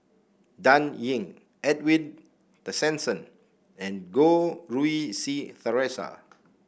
Dan Ying Edwin Tessensohn and Goh Rui Si Theresa